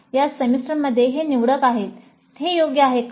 या सेमेस्टरमध्ये हे निवडक आहेत हे योग्य आहे का